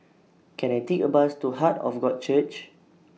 Can I Take A Bus to Heart of God Church